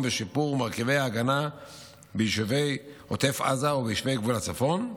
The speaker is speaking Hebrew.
בשיפור מרכיבי ההגנה ביישובי עוטף עזה וביישובי גבול הצפון,